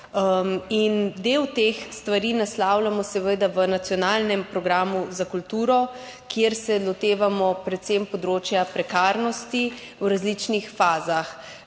Del teh stvari naslavljamo v Nacionalnem programu za kulturo, kjer se lotevamo predvsem področja prekarnosti v različnih fazah.